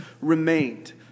remained